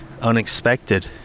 unexpected